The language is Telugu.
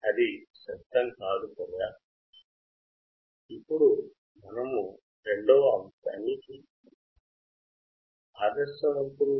అది శబ్దం కాదు కదా